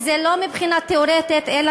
וזה לא מבחינה תיאורטית אלא